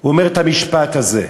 הוא אומר את המשפט הזה?